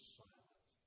silent